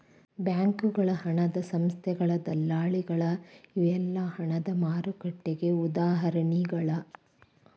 ಬ್ಯಾಂಕಗಳ ಹಣದ ಸಂಸ್ಥೆಗಳ ದಲ್ಲಾಳಿಗಳ ಇವೆಲ್ಲಾ ಹಣದ ಮಾರುಕಟ್ಟೆಗೆ ಉದಾಹರಣಿಗಳ